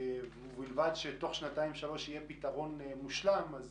ובלבד שיהיה פתרון מושלם תוך שנתיים שלוש,